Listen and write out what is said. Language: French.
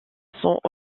sont